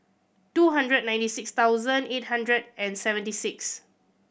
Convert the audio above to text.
two hundred ninety six thousand eight hundred and seventy six